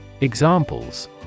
Examples